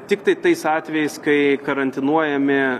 tiktai tais atvejais kai karantinuojami